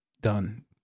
Done